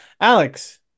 Alex